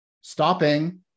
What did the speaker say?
stopping